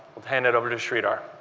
hand it over to sridhar.